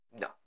No